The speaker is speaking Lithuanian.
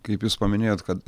kaip jūs paminėjot kad